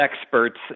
experts